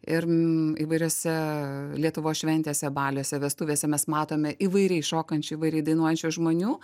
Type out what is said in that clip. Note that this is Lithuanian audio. ir įvairiose lietuvos šventėse baliuose vestuvėse mes matome įvairiai šokančių įvairiai dainuojančių žmonių